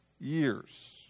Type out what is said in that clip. years